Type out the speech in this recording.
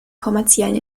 kommerziellen